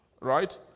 Right